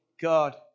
God